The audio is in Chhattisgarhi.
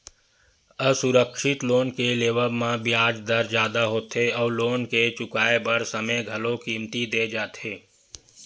असुरक्छित लोन के लेवब म बियाज दर जादा होथे अउ लोन ल चुकाए बर समे घलो कमती दे जाथे